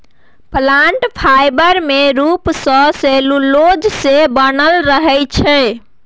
plant fibre मेन रुप सँ सेल्युलोज सँ बनल रहै छै